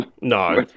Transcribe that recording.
No